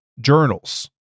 journals